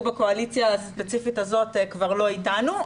בקואליציה הספציפית הזאת כבר לא איתנו,